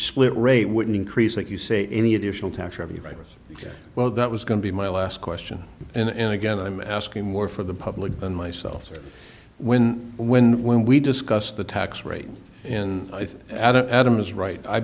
split rate wouldn't increase like you say any additional tax revenue right well that was going to be my last question and again i'm asking more for the public than myself when when when we discuss the tax rate and i think adam adam is right i